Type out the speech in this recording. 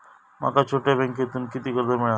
माका छोट्या बँकेतून किती कर्ज मिळात?